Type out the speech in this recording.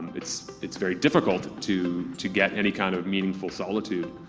it's it's very difficult to to get any kind of meaningful solitude.